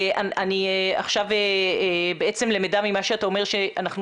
אני עכשיו בעצם למדה ממה שאתה אומר שאנחנו